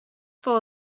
full